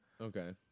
Okay